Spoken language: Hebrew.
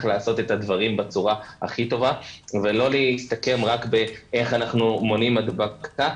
לעשות את הדברים בצורה הכי טובה ולא להסתכם רק באיך אנחנו מונעים הדבקה